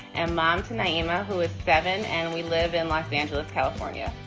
and mom to and yeah emma, who is seven. and we live in los angeles, california.